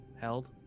held